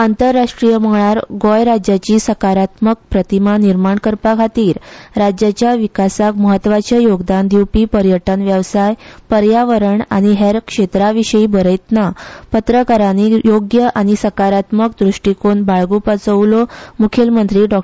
आंतरराष्ट्रीय मळार गोंय राज्याची सकारात्मक प्रतिमा निर्माण करपा खातीर राज्याच्या विकासाक म्हत्वाचे योगदान दिवपी पर्यटन वेवसाय पर्यावरण आनी हेर क्षेत्राविशी बरयतना पत्रकारांनी योग्य आनी सकारात्मक दृश्टीकोन बाळगूपाचो उलो म्खेलमंत्री डॉ